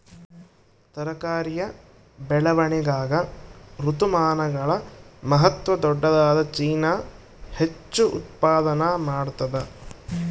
ತರಕಾರಿಯ ಬೆಳವಣಿಗಾಗ ಋತುಮಾನಗಳ ಮಹತ್ವ ದೊಡ್ಡದಾದ ಚೀನಾ ಹೆಚ್ಚು ಉತ್ಪಾದನಾ ಮಾಡ್ತದ